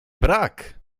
brak